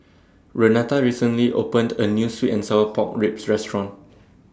Renata recently opened A New Sweet and Sour Pork Ribs Restaurant